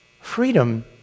Freedom